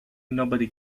nobody